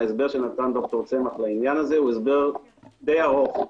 ההסבר שנתן ד"ר צמח לעניין הזה הוא די ארוך.